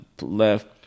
left